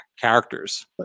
characters